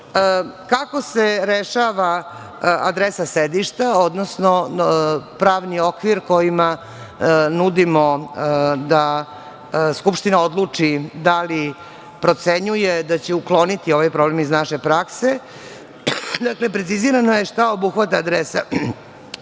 se rešava adresa sedišta, odnosno pravni okvir kojima nudimo da Skupština odluči da li procenjuje da će ukloniti ovaj problem iz naše prakse? Dakle, precizirano je šta obuhvata adresa